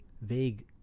vague